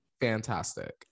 Fantastic